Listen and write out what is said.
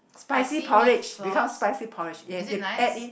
spicy porridge becomes spicy porridge yes they add in